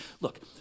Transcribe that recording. look